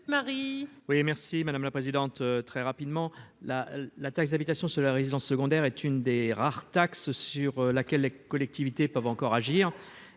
merci madame la présidente, très rapidement, la, la taxe d'habitation sur la résidence secondaire est une des rares taxe sur laquelle les collectivités peuvent encore agir